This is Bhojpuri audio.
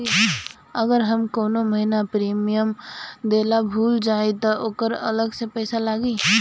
अगर हम कौने महीने प्रीमियम देना भूल जाई त ओकर अलग से पईसा लागी?